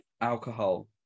alcohol